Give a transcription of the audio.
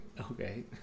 okay